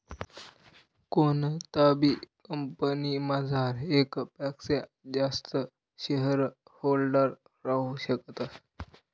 कोणताबी कंपनीमझार येकपक्सा जास्त शेअरहोल्डर राहू शकतस